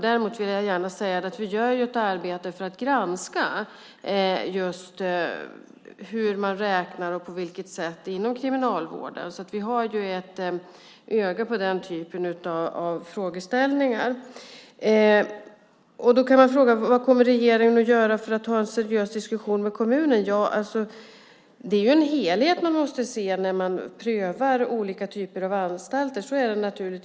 Däremot vill jag gärna säga att vi gör ett arbete för att granska just hur man räknar inom kriminalvården, så vi har ett öga på den typen av frågeställningar. Då kan man fråga: Vad kommer regeringen att göra för att ha en seriös diskussion med kommunen? Ja, man måste naturligtvis se en helhet när man prövar olika typer av anstalter.